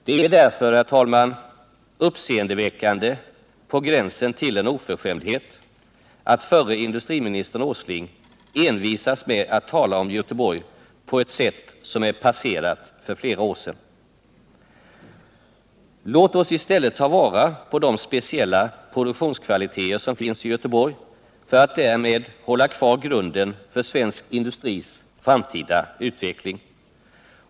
Det är därför uppseendeväckande på gränsen till en oförskämdhet att förre industriministern Åsling envisas med att tala om Göteborg på ett sätt som är passerat för flera år sedan. Låt oss i stället ta vara på de speciella produktionskvaliteter som finns i Göteborg för att därmed hålla kvar grunden för svensk industris framtida utveckling.